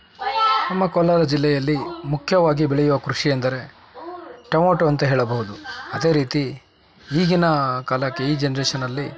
ನಮ್ಮ ಕೋಲಾರ ಜಿಲ್ಲೆಯಲ್ಲಿ ಮುಖ್ಯವಾಗಿ ಬೆಳೆಯುವ ಕೃಷಿ ಎಂದರೆ ಟೊಮೊಟೊ ಅಂತ ಹೇಳಬಹುದು ಅದೇ ರೀತಿ ಈಗಿನ ಕಾಲಕ್ಕೆ ಈ ಜನ್ರೇಷನಲ್ಲಿ